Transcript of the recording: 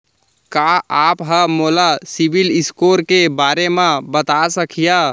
का आप हा मोला सिविल स्कोर के बारे मा बता सकिहा?